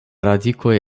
radikoj